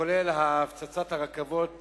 כולל הפצצת הרכבות